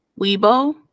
Weibo